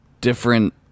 Different